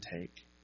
take